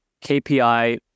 KPI